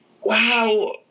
wow